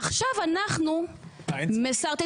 עכשיו אנחנו משרטטים,